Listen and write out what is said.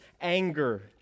anger